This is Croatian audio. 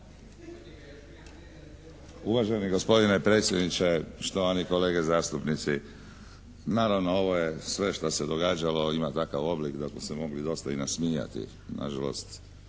Uvaženi gospodine predsjedniče, štovani kolege zastupnici. Naravno ovo je sve što se događalo ima takav oblik da smo se mogli dosta i nasmijati. Nažalost